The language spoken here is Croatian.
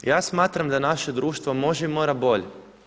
Ja smatram da naše društvo može i mora bolje.